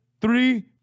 three